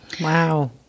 Wow